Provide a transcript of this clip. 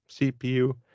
CPU